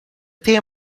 tenho